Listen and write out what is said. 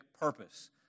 purpose